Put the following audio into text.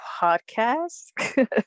podcast